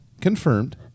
confirmed